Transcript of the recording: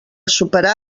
superar